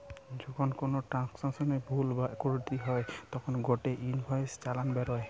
যখন কোনো ট্রান্সাকশনে ভুল বা ত্রুটি হই তখন গটে ইনভয়েস বা চালান বেরোয়